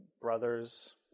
brothers